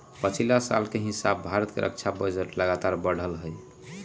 पछिला साल के हिसाबे भारत के रक्षा बजट लगातार बढ़लइ ह